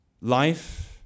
life